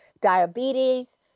diabetes